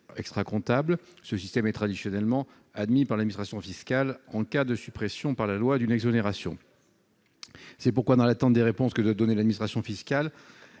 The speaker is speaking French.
extracomptable ; ce système est traditionnellement admis par l'administration fiscale en cas de suppression, par la loi, d'une exonération. C'est pourquoi, dans l'attente des réponses que doit donner l'administration fiscale,